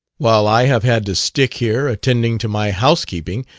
while i have had to stick here, attending to my housekeeping,